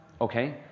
okay